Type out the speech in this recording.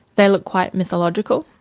they looked quite mythological,